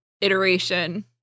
iteration